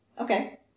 Okay